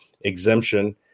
exemption